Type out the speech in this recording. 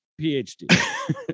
PhD